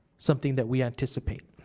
something that we anticipate.